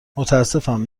متاسفم